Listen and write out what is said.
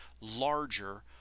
larger